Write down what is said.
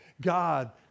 God